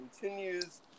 continues